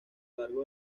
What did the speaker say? largo